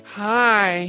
hi